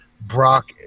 Brock